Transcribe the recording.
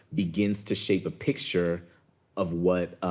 begins to shape a picture of what,